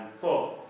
four